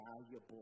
valuable